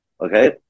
Okay